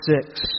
six